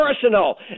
personal